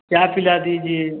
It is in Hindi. चाय पिला दीजिए